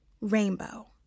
Rainbow